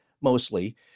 mostly